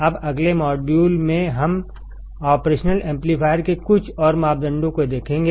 अब अगले मॉड्यूल में हम ऑपरेशनल एम्पलीफायर के कुछ और मापदंडों को देखेंगे